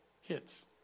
hits